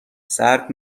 سرد